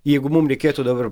jeigu mum reikėtų dabar